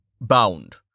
Bound